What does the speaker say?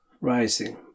rising